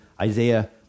Isaiah